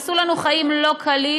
עשו לנו חיים לא קלים,